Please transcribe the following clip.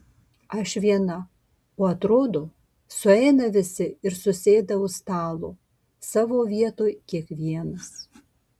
aš viena o atrodo sueina visi ir susėda už stalo savo vietoj kiekvienas